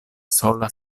sola